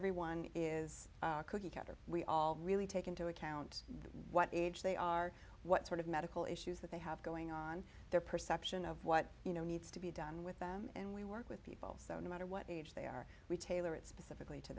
everyone is a cookie cutter we all really take into account what age they are what sort of medical issues that they have going on their perception of what you know needs to be done with them and we work with people so no matter what age they are we tailor it specifically to